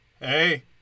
Hey